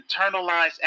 internalized